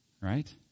right